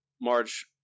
Marge